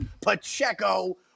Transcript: Pacheco